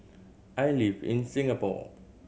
I live in Singapore